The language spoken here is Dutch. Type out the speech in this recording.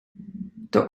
door